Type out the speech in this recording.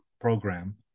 program